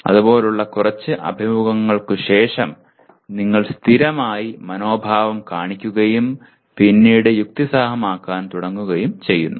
അതുപോലുള്ള കുറച്ച് അഭിമുഖങ്ങൾക്കു ശേഷം നിങ്ങൾ സ്ഥിരമായി മനോഭാവം കാണിക്കുകയും പിന്നീട് യുക്തിസഹമാക്കാൻ തുടങ്ങുകയും ചെയ്യുന്നു